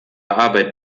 arbeit